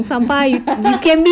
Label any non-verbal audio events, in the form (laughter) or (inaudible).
(noise)